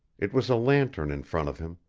it was a lantern in front of him,